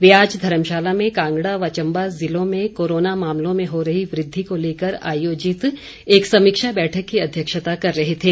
वे आज धर्मशाला में कांगड़ा व चम्बा जिलों में कोरोना मामलों में हो रही वृद्वि को लेकर आयोजित एक समीक्षा बैठक की अध्यक्षता कर रहे थे